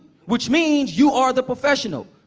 which means you are the professional.